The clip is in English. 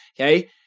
Okay